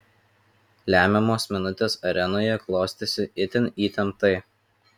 lemiamos minutės arenoje klostėsi itin įtemptai